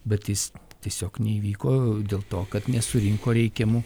bet jis tiesiog neįvyko dėl to kad nesurinko reikiamų